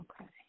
Okay